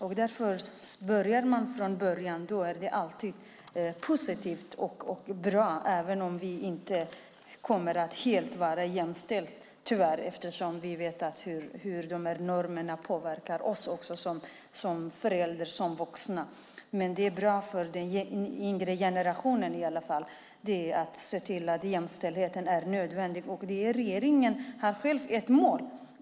Men tar man det från början blir det alltid positivt och bra. Men helt jämställda kommer vi tyvärr inte att vara. Vi vet ju hur normerna också påverkar oss som föräldrar, som vuxna. I alla fall är det med tanke på den yngre generationen bra att se till att jämställdheten är en nödvändighet. Regeringen har ju själv ett mål.